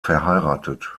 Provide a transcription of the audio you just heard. verheiratet